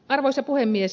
arvoisa puhemies